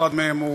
אחד מהם הוא